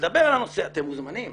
ולדבר על הנושא, אתם מוזמנים.